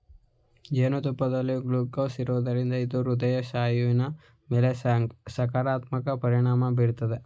ಜೇನುತುಪ್ಪದಲ್ಲಿ ಗ್ಲೂಕೋಸ್ ಇರೋದ್ರಿಂದ ಇದು ಹೃದಯ ಸ್ನಾಯುವಿನ ಮೇಲೆ ಸಕಾರಾತ್ಮಕ ಪರಿಣಾಮ ಬೀರ್ತದೆ